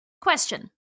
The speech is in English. Question